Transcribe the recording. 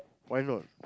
why not